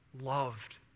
loved